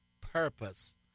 purpose